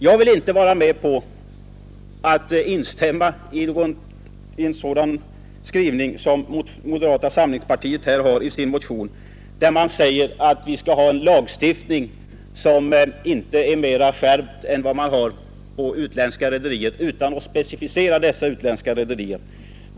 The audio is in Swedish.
Jag vill inte vara med om att instämma i en sådan skrivning som moderata samlingspartiet har i sin motion, där man säger att vi skall ha en lagstiftning som inte är mera skärpt än vad som gäller för utländska rederier, utan att specificera vilka dessa utländska rederier är.